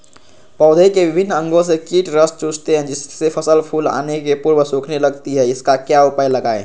पौधे के विभिन्न अंगों से कीट रस चूसते हैं जिससे फसल फूल आने के पूर्व सूखने लगती है इसका क्या उपाय लगाएं?